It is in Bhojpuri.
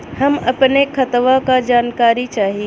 हम अपने खतवा क जानकारी चाही?